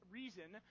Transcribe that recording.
reason